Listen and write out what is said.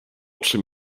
czym